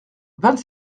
vingt